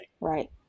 Right